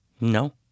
No